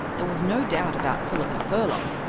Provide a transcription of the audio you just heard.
there was no doubt about philippa furlong.